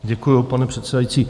Děkuju, pane předsedající.